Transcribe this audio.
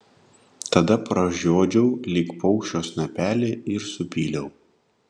tada pražiodžiau lyg paukščio snapelį ir supyliau